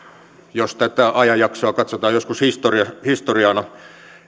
jos tätä ajanjaksoa katsotaan joskus historiana